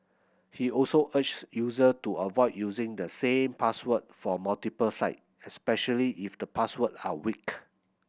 he also urges user to avoid using the same password for multiple site especially if the password are weak